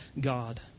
God